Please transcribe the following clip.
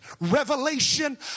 revelation